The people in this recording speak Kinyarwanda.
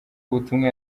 ubutumwa